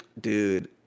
dude